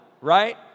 right